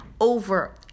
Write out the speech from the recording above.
over